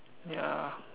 ya